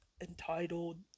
entitled